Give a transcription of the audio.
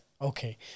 Okay